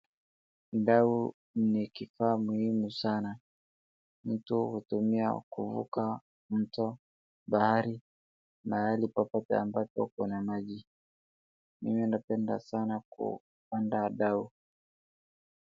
Dau ni kifaa muhimu sana. Mtu hutumia kuvuka mto, bahari, mahali popote ambako kuna maji. Mimi napenda sana kupanda dau.